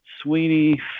Sweeney